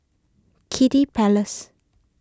Kiddy Palace